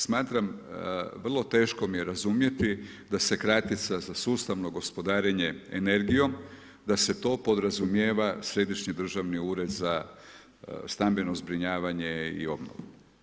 Smatram, vrlo teško mi je razumjeti da se kratica za sustavno gospodarenje energijom, da se to podrazumijeva središnji državni ured za stambeno zbrinjavanje i obnovu.